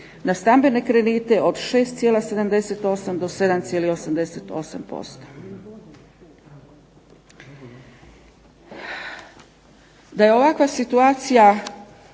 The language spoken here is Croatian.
Na stambene kredite od 6,78 do 7,88%.